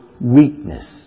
weakness